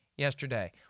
yesterday